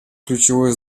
ключевое